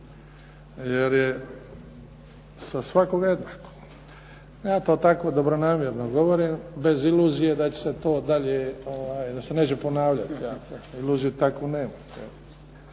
jer je, sa svakime je tako. Ja to tako dobronamjerno govorim bez iluzije da će se to dalje, da se neće ponavljati. Ja iluziju takvu nemam.